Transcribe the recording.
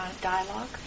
dialogue